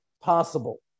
possible